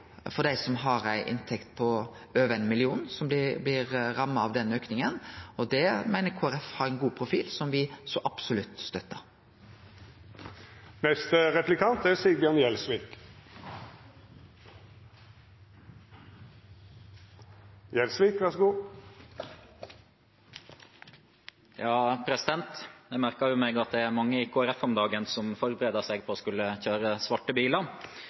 er dei som har ei inntekt på over 1 mill. kr som blir ramma av den aukinga, og det meiner Kristeleg Folkeparti har ein god profil, som me så absolutt støttar. Jeg merker meg at det er mange i Kristelig Folkeparti om dagen som forbereder seg på å skulle kjøre svarte